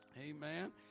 Amen